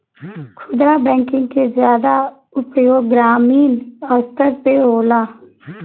खुदरा बैंकिंग के जादा उपयोग ग्रामीन स्तर पे होला